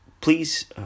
Please